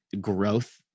growth